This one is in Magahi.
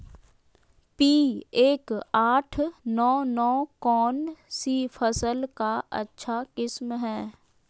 पी एक आठ नौ नौ कौन सी फसल का अच्छा किस्म हैं?